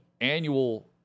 annual